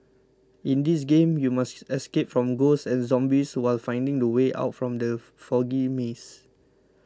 in this game you must escape from ghosts and zombies while finding the way out from the foggy maze